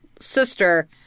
sister